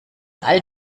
all